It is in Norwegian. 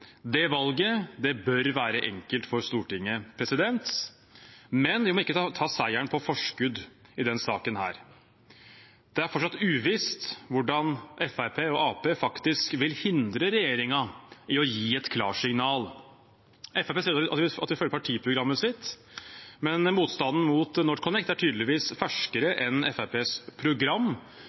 Det valget bør være enkelt for Stortinget. Men vi må ikke ta seieren på forskudd i den saken. Det er fortsatt uvisst hvordan Fremskrittspartiet og Arbeiderpartiet faktisk vil hindre regjeringen i å gi et klarsignal. Fremskrittspartiet sier at de følger partiprogrammet sitt, men motstanden mot NorthConnect er tydeligvis ferskere enn Fremskrittspartiets program,